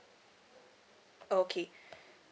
okay